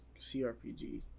CRPG